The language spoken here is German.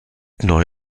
neu